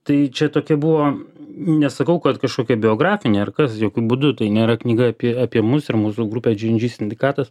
tai čia tokia buvo nesakau kad kažkokia biografinė ar kas jokiu būdu tai nėra knyga apie apie mus ir mūsų grupę sindikatas